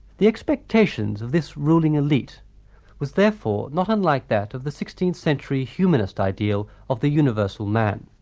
the expectations of this ruling elite was therefore not unlike that of the sixteenth century humanist ideal of the universal man.